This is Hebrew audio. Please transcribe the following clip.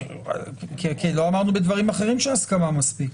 לא אמרנו בדברים אחרים שההסכמה מספיקה.